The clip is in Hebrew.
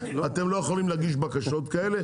אתם לא יכולים להגיש בקשות כאלה,